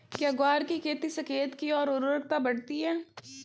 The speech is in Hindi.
क्या ग्वार की खेती से खेत की ओर उर्वरकता बढ़ती है?